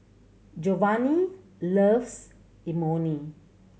Jovanni loves Imoni